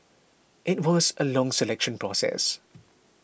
it was a long selection process